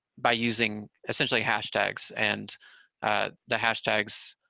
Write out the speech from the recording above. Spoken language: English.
by using essentially hashtags and the hashtags